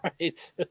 Right